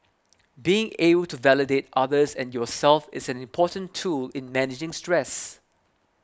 being able to validate others and yourself is an important tool in managing stress